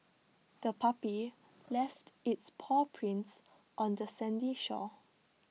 the puppy left its paw prints on the sandy shore